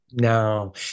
No